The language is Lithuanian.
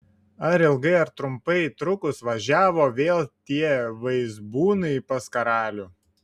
ar ilgai ar trumpai trukus važiavo vėl tie vaizbūnai pas karalių